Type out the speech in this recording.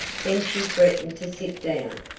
then she threatened to sit down.